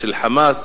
של "חמאס",